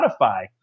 spotify